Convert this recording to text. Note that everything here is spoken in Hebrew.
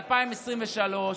2023,